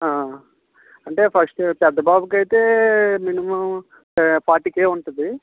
ఆ అంటే ఫస్ట్ పెద్ద బాబుకు అయితే మినిముమ్ ఫార్టీ కే ఉంటుంది